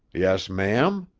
yes, ma'am.